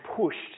pushed